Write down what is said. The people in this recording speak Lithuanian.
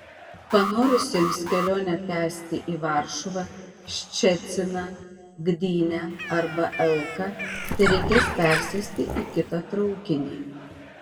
panorusiems kelionę tęsti į varšuvą ščeciną gdynę arba elką tereikės persėsti į kitą traukinį